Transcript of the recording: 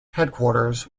headquarters